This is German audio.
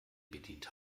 bedient